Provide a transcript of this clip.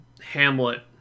Hamlet